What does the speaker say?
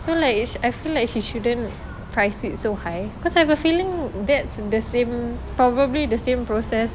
so like it's I feel like she shouldn't price it so high cause I have a feeling that's the same probably the same process